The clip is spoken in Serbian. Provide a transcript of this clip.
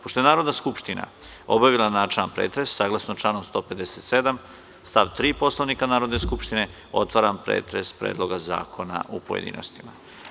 Pošto je Narodna skupština obavila načelni pretres, saglasno članu 157. stav 3. Poslovnika Narodne skupštine otvaram pretres Predloga zakona u pojedinostima.